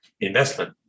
investment